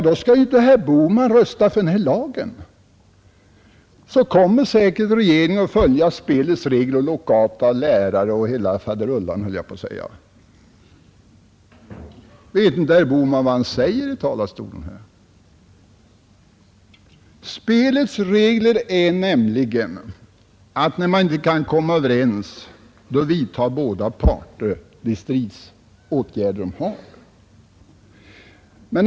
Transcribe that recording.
Då skall inte herr Bohman rösta för denna lag, ty då kommer säkert regeringen att följa spelets regler och lockouta lärare och hela faderullan, höll jag på att säga. Vet inte herr Bohman vad han säger i talarstolen? Spelets regler är nämligen, att när man inte kan komma överens vidtar båda parter de stridsåtgärder de har att tillgripa.